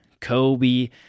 Kobe